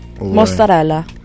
Mozzarella